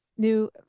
new